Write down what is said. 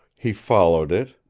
he followed it,